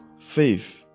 faith